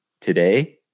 today